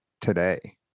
today